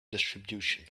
distribution